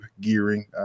gearing